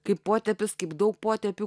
kaip potėpius kaip daug potėpių